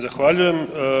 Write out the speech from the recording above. Zahvaljujem.